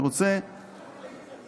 אני רוצה לחדד